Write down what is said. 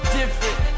different